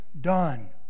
done